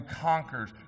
conquers